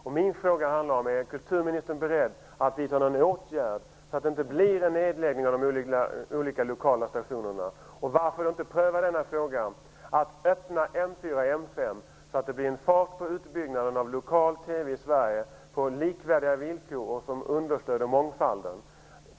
Jag undrar alltså om kulturministern är beredd att vidta en åtgärd, så att det inte blir en nedläggning av de olika lokala stationerna. Och varför inte pröva frågan om att öppna M 4 och M 5, så att det blir fart på utbyggnaden av lokal TV i Sverige på likvärdiga villkor och på ett sådant sätt att mångfalden understöds?